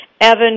Evan